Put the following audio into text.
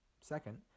Second